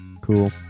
Cool